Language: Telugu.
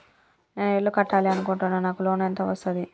నేను ఇల్లు కట్టాలి అనుకుంటున్నా? నాకు లోన్ ఎంత వస్తది?